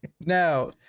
now